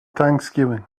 thanksgiving